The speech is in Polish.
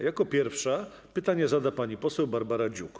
Jako pierwsza pytanie zada pani poseł Barbara Dziuk.